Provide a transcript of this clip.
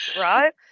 right